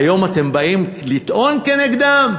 והיום אתם באים לטעון כנגדם?